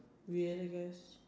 really good